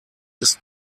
ist